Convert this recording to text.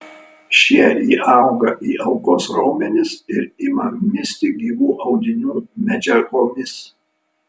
šie įauga į aukos raumenis ir ima misti gyvų audinių medžiagomis